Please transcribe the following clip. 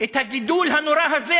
את הגידול הנורא הזה,